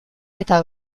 eta